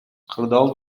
кырдаал